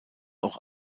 auch